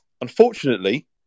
Unfortunately